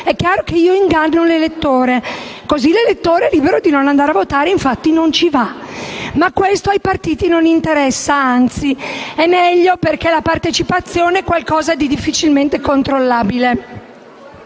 è chiaro che si inganna l'elettore. Così l'elettore è libero di non andare a votare e infatti non ci va. Ma questo ai partiti non interessa; anzi, è meglio, perché la partecipazione è qualcosa di difficilmente controllabile.